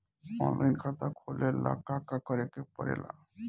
Online खाता खोले ला का का करे के पड़े ला?